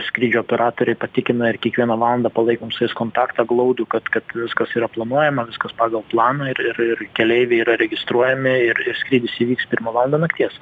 skrydžio operatoriai patikina ir kiekvieną valandą palaikom su jais kontaktą glaudų kad kad viskas yra planuojama viskas pagal planą ir ir ir keleiviai yra registruojami ir ir skrydis įvyks pirmą valandą nakties